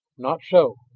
not so.